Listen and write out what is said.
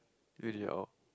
usually oh